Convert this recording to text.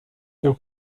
się